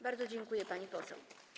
Bardzo dziękuję, pani poseł.